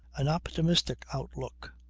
an optimistic outlook,